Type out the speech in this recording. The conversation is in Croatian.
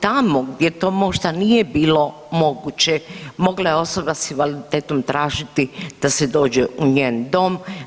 Tamo gdje to možda nije bilo moguće mogla je osoba s invaliditetom tražiti da se dođe u njen dom.